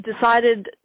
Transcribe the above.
decided